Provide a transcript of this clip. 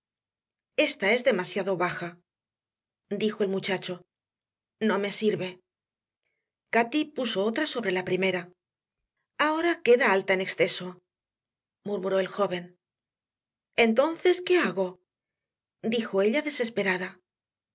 esta es demasiado baja dijo el muchacho no me sirve cati puso otra sobre la primera ahora queda alta en exceso murmuró el joven entonces qué hago dijo ella desesperada